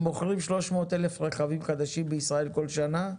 אם מוכרים 300,000 רכבים חדשים בישראל כל שנה,